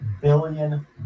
billion